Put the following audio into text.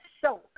Show